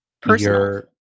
Personal